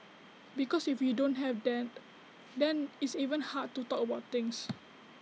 because if you don't have that then it's even hard to talk about things